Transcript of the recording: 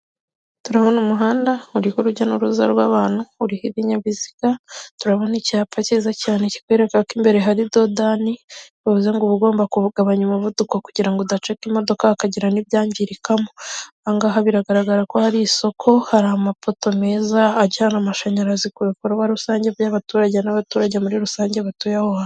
Turabona umuhanda uriho urujya n'uruza rw'abantu, uriho ibinyabiziga, turabona icyapa cyiza cyane kikwereka ko imbere hari dodani, bivuze ngo uba ugomba kugabanya umuvuduko kugira ngo udacika imodoka hakagira n'ibyangirika, aha ngaha biragaragara ko hari isoko, hari amapoto meza ajyana amashanyarazi ku bikorwa rusange by'abaturage n'abaturage muri rusange batuye aho hantu.